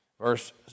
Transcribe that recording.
verse